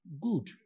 good